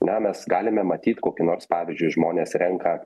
na mes galime matyt kokį nors pavyzdžiui žmonės renka